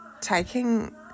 taking